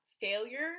failure